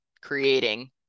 creating